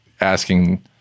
asking